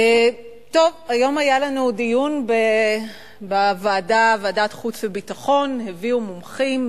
היום היה לנו דיון בוועדת חוץ וביטחון הביאו מומחים,